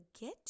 get